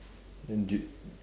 then do